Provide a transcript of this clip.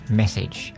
message